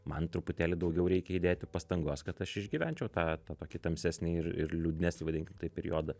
man truputėlį daugiau reikia įdėti pastangos kad aš išgyvenčiau tą tą tokį tamsesnį ir ir liūdnesnį vadinkim taip periodą